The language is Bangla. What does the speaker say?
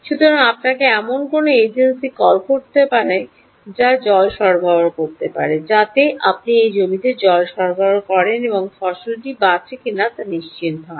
সুতরাং আপনাকে এমন কোনও এজেন্সি কল করতে হতে পারে যাতে জল সরবরাহ করতে হবে যাতে আপনি এই জমিতে জল সরবরাহ করেন এবং ফসলটি বাঁচে কিনা তা নিশ্চিত হন